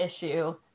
issue